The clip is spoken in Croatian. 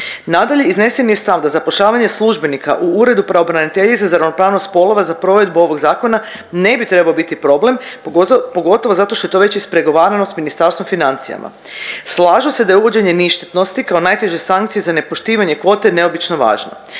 Nadalje, iznesen je stav da zapošljavanje službenika u Uredu pravobraniteljice za ravnopravnost spolova za provedbu ovog zakona ne bi trebao biti problem, pogotovo zato što je to već ispregovarano s Ministarstvom financija. Slažu se da je uvođenje ništetnosti kao najteže sankcije za nepoštivanje kvote neobično važno.